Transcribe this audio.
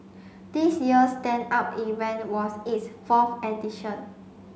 this year's Stand Up event was its fourth edition